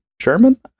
German